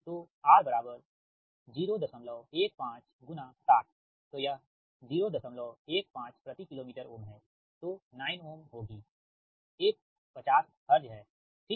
तो R 015 60 तो यह 015 प्रति किलोमीटर Ω है तो 9Ω ओम होगीf 50 हर्ज है ठीक